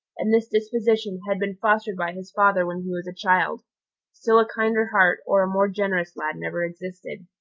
and this disposition had been fostered by his father when he was a child still a kinder heart or a more generous lad never existed.